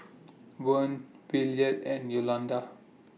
Vern Williard and Yolanda